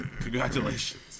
congratulations